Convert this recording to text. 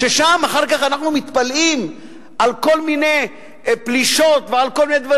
כשאחר כך אנחנו מתפלאים שם על כל מיני פלישות ועל כל מיני דברים.